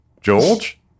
George